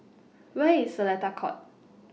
Where IS Seletar Court